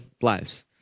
lives